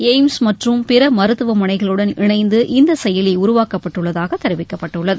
AIIMS மற்றும் பிற மருத்துவமனைகளுடன் இணைந்து இந்த செயலி உருவாக்கப்பட்டுள்ளதாக தெரிவிக்கப்பட்டுள்ளது